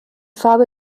farbe